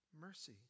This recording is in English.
Mercy